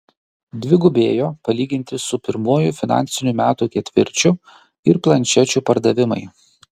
dvigubėjo palyginti su pirmuoju finansinių metų ketvirčiu ir planšečių pardavimai